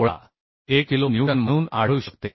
1किलो newton म्हणून आढळू शकते